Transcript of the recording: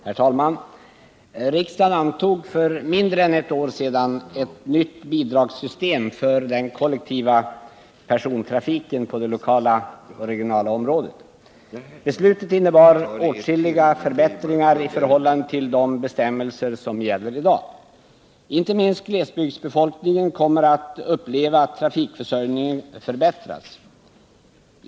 Herr talman! Riksdagen antog för mindre än ett år sedan ett nytt bidragssystem för den kollektiva persontrafiken på det lokala och det regionala området. Beslutet innebar åtskilliga förbättringar i förhållande till de bestämmelser som gäller i dag. Inte minst glesbygdsbefolkningen kommer att uppleva att trafikförsörjningen förbättras.